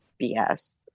BS